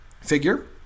figure